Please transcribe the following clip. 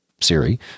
Siri